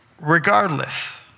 regardless